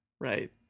Right